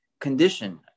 condition